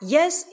Yes